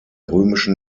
römischen